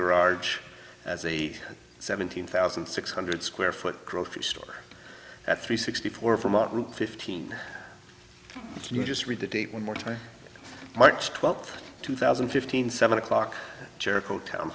garage as a seventeen thousand six hundred square foot grocery store at three sixty four from our group fifteen you just read the date one more time march twelfth two thousand and fifteen seven o'clock jericho town